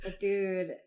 dude